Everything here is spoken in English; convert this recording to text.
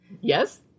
Yes